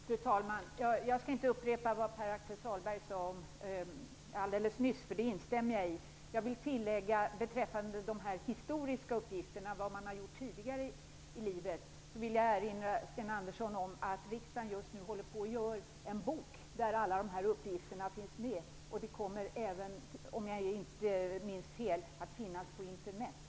Fru talman! Jag skall inte upprepa vad Pär-Axel Sahlberg sade alldeles nyss; jag instämmer i det han sade. Beträffande de historiska uppgifterna om vad man har gjort tidigare i livet, vill jag erinra Sten Andersson om att riksdagen just nu håller på att göra en bok där alla dessa uppgifter finns med. De kommer även att finnas på Internet, om jag inte minns fel.